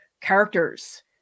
Characters